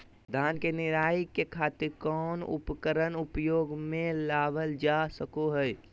धान के निराई के खातिर कौन उपकरण उपयोग मे लावल जा सको हय?